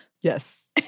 Yes